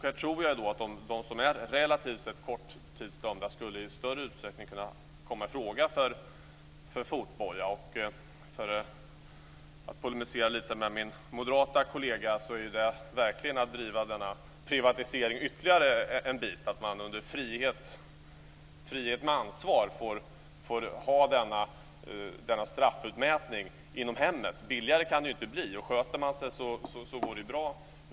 Här tror jag att de som är relativt sett korttidsdömda skulle i större utsträckning komma i fråga för fotboja. För att polemisera lite med min moderata kollega är det att driva denna privatisering ytterligare en bit. Människor får under frihet med ansvar denna straffutmätning inom hemmet. Billigare kan det inte bli. Sköter de sig går det bra.